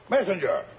Messenger